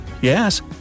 Yes